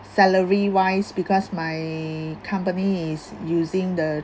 salary wise because my company is using the